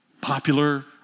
popular